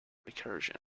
recursion